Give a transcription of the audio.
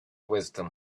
wisdom